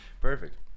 perfect